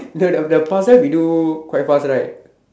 no the the past year we do quite fast right